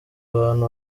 abantu